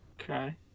Okay